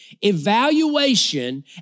evaluation